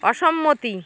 অসম্মতি